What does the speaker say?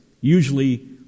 usually